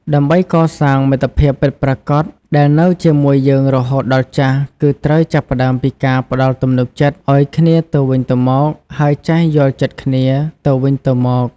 ដើម្បីកសាងមិត្តភាពពិតប្រាកដដែលនៅជាមួយយើងរហូតដល់ចាស់ គឺត្រូវចាប់ផ្ដើមពីការផ្តល់ទំនុកចិត្តឱ្យគ្នាទៅវិញទៅមក ហើយចេះយល់ចិត្តគ្នាទៅវិញទៅមក។